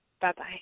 Bye-bye